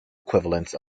equivalents